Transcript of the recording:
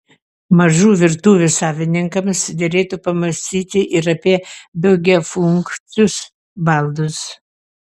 mažų virtuvių savininkams derėtų pamąstyti ir apie daugiafunkcius baldus